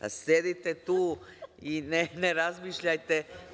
Sedite tu i ne razmišljajte.